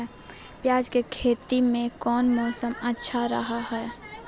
प्याज के खेती में कौन मौसम अच्छा रहा हय?